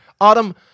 Adam